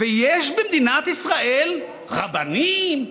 ויש במדינת ישראל רבנים,